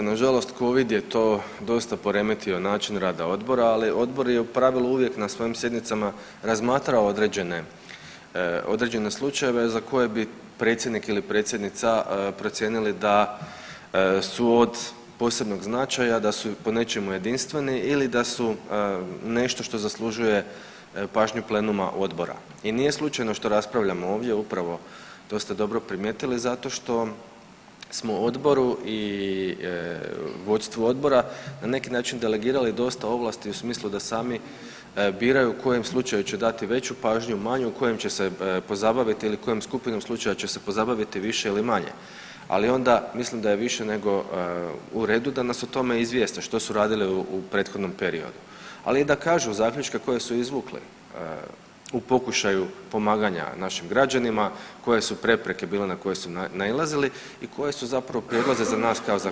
Nažalost covid je to dosta poremetio način rada odbora, ali odbor je u pravilu uvijek na svojim sjednicama razmatrao određene, određene slučajeve za koje bi predsjednik ili predsjednica procijenili da su od posebnog značaja, da su po nečemu jedinstveni ili da su nešto što zaslužuje pažnju plenuma odbora i nije slučajno što raspravljamo ovdje, upravo to ste dobro primijetili, zato što smo odboru i vodstvu odbora na neki način delegirali dosta ovlasti u smislu da sami biraju u kojem slučaju će dati veću pažnju, manju, kojim će se pozabaviti ili kojom skupinom slučaju će se pozabaviti više ili manje, ali onda mislim da je više nego u redu da nas o tome izvijeste što su radili u prethodnom periodu, ali i da kažu zaključke koje su izvukli u pokušaju pomaganja našim građanima, koje su prepreke bile na koje su nailazili i koji su zapravo prijedlozi za nas kao zakonodavca.